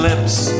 lips